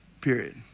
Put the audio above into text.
Period